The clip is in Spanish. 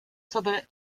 sobre